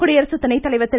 குடியரசுத்துணை தலைவர் திரு